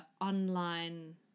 online